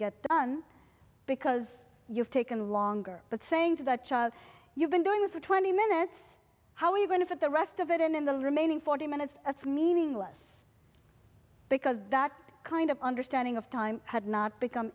get done because you've taken longer but saying to the child you've been doing this for twenty minutes how are you going to fit the rest of it in in the remaining forty minutes that's meaningless because that kind of understanding of time had not become